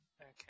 Okay